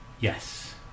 Yes